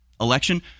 election